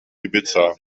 ibiza